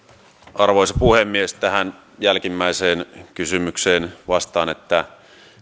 arvoisa puhemies tähän jälkimmäiseen kysymykseen vastaan että